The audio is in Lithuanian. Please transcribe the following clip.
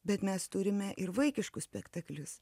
bet mes turime ir vaikiškus spektaklius